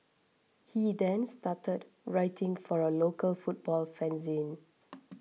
he then started writing for a local football fanzine